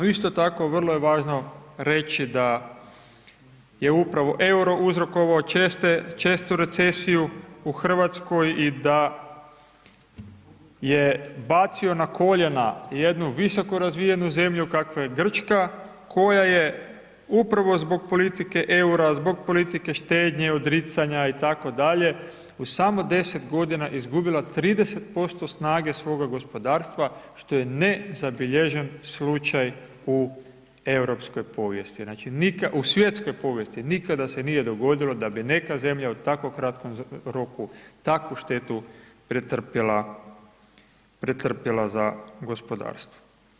Isto tako, vrlo je važno reći, da je upravo euro uzrokovao čestu recesiju u Hrvatskoj i da je bacio na koljena jednu visoku razvijenu zemlju, kakva je Grčka koja je upravo zbog politike eura, zbog politike štednje odricanja, itd. u samo 10 g. izgubila 30% snage svoga gospodarstva, što je nezabilježen slučaj u europskoj povijesti, znači, u svjetskoj povijesti nikada se nije dogodilo da bi neka zemlja u tako kratkom roku takvu štetu pretrpjela za gospodarstvo.